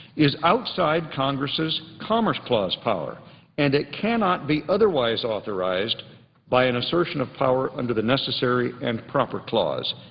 is outside congress's commerce clause power and it cannot be otherwise authorized by an assertion of power under the necessary and proper clause.